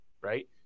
Right